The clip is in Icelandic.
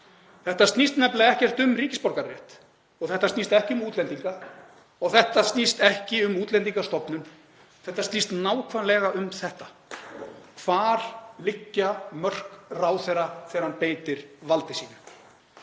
Þetta snýst nefnilega ekkert um ríkisborgararétt, þetta snýst ekki um útlendinga og þetta snýst ekki um Útlendingastofnun. Þetta snýst nákvæmlega um þetta: Hvar liggja mörk ráðherra þegar hann beitir valdi sínu?